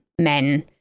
men